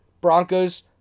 Broncos